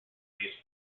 based